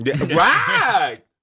Right